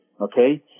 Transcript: okay